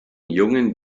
jungen